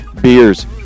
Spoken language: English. beers